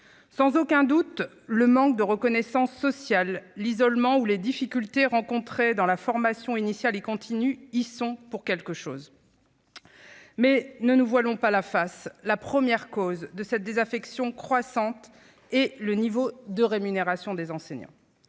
Sans aucun doute, le manque de reconnaissance sociale, l'isolement ou les difficultés rencontrées dans la formation initiale et continue y sont pour quelque chose. Mais ne nous voilons pas la face : la première cause de cette désaffection croissante est le niveau de rémunération des enseignants.